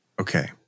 Okay